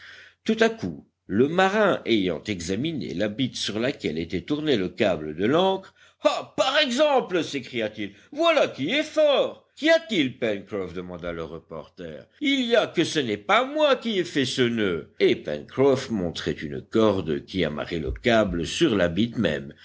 tout à coup le marin ayant examiné la bitte sur laquelle était tourné le câble de l'ancre ah par exemple s'écria-t-il voilà qui est fort qu'y a-t-il pencroff demanda le reporter il y a que ce n'est pas moi qui ai fait ce noeud et pencroff montrait une corde qui amarrait le câble sur la bitte même